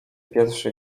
pierwszy